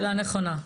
שאלה נכונה.